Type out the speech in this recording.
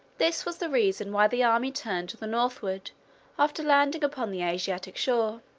this was the reason why the army turned to the northward after landing upon the asiatic shore.